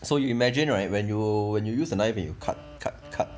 so you imagine right when you when you use the knife you cut cut cut